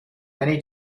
many